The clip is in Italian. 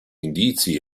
indizi